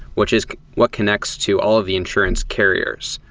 which is what connects to all of the insurance carriers.